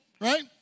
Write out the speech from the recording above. Right